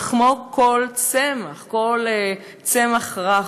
וכמו כל צמח, כל צמח רך,